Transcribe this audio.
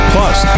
Plus